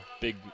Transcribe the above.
big